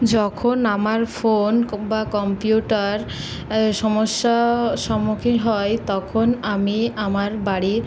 যখন আমার ফোন ক বা কম্পিউটার সমস্যা সম্মুখীন হয় তখন আমি আমার বাড়ির